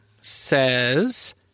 says